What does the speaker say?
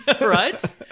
Right